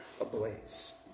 ablaze